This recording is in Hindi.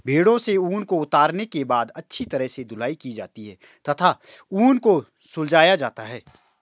भेड़ों से ऊन को उतारने के बाद अच्छी तरह से धुलाई की जाती है तथा ऊन को सुलझाया जाता है